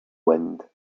wind